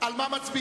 על מה מצביעים,